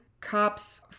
cops